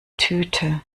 tüte